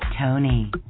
Tony